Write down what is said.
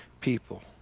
people